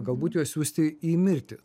galbūt juos siųsti į mirtį